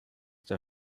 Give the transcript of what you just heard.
der